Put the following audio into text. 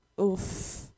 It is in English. Oof